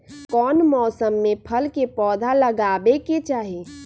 कौन मौसम में फल के पौधा लगाबे के चाहि?